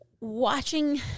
watching